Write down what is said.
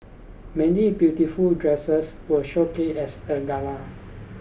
many beautiful dresses were showcased as a gala